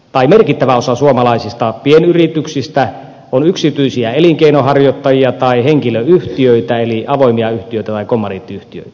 ai merkittävä osa suomalaisista pienyrityksistä on yksityisiä elinkeinonharjoittajia tai henkilöyhtiöitä eli avoimia yhtiöitä tai kommandiittiyhtiöitä